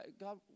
God